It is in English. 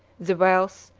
the wealth,